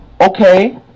Okay